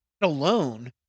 alone